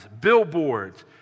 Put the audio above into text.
billboards